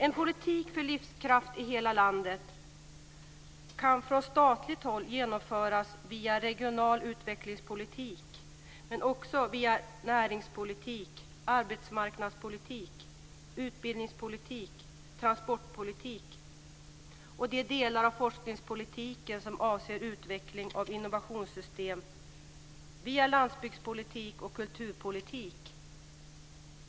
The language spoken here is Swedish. En politik för livskraft i hela landet kan från statligt håll genomföras via regional utvecklingspolitik, men också via näringspolitik, via arbetsmarknadspolitik, via utbildningspolitik, via transportpolitik, via de delar av forskningspolitiken som avser utveckling av innovationssystem samt via landsbygdspolitik och kulturpolitik.